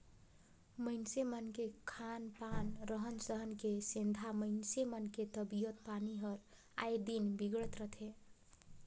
मइनसे मन के खान पान, रहन सहन के सेंधा मइनसे मन के तबियत पानी हर आय दिन बिगड़त रथे